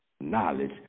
knowledge